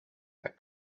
that